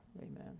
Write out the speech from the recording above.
Amen